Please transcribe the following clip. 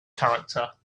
character